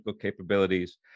capabilities